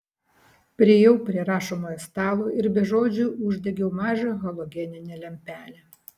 priėjau prie rašomojo stalo ir be žodžių uždegiau mažą halogeninę lempelę